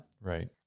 right